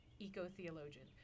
eco-theologian